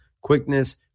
quickness